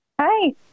Hi